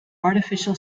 artificial